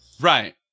right